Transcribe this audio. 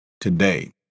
today